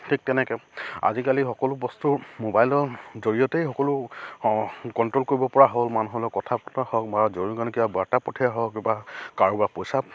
ঠিক তেনেকৈ আজিকালি সকলো বস্তু মোবাইলৰ জৰিয়তেই সকলো কণ্ট্ৰ'ল কৰিব পৰা হ'ল মানুহৰ লগত কথা পতা হওক বা জৰুৰীকালীন কিবা বাৰ্তা পঠিওৱা হওক বা কাৰোবাৰ পইচা